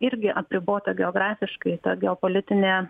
irgi apribota geografiškai ta geopolitinė